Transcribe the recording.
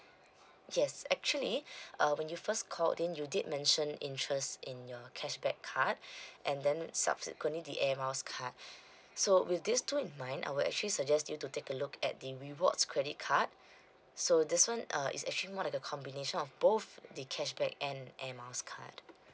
yes actually uh when you first called in you did mention interest in your cashback card and then subsequently the airmiles card so with this two in mind I will actually suggest you to take a look at the rewards credit card so this [one] uh is actually more like a combination of both the cashback and air miles card